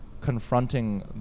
confronting